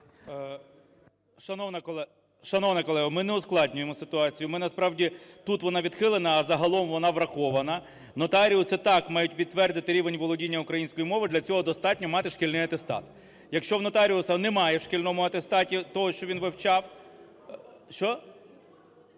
Шановна колега, ми не ускладнюємо ситуацію. Ми насправді… тут вона відхилена, а загалом вона врахована. Нотаріуси, так, мають підтвердити рівень володіння українською мовою для цього достатньо мати шкільний атестат. Якщо у нотаріуса немає в шкільному атестаті того, що він вивчав…